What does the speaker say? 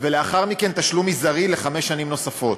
ולאחר מכן תשלום מזערי לחמש שנים נוספות.